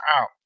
out